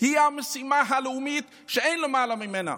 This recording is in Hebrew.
היא המשימה הלאומית, שאין למעלה ממנה.